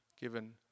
given